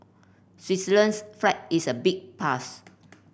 Switzerland's flag is a big plus